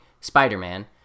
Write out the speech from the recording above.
Spider-Man